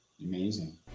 Amazing